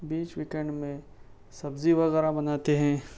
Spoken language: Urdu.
بیچ ویکنڈ میں سبزی وغیرہ بناتے ہیں